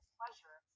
pleasure